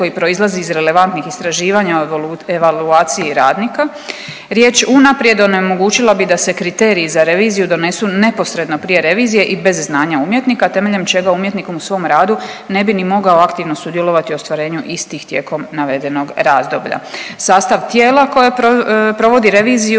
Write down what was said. koji proizlazi iz relevantnih istraživanja i evaluaciji radnika. Riječ unaprijed onemogućila bi da se kriterij za reviziju donesu neposredno prije revizije i bez znanja umjetnika temeljem čega umjetnik u svom radu ne bi ni mogao aktivno sudjelovati u ostvarenju istih tijekom navedenog razdoblja. Sastav tijela koje provodi reviziju